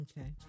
Okay